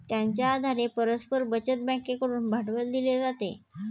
त्यांच्या आधारे परस्पर बचत बँकेकडून भांडवल दिले जाते